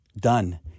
done